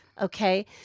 Okay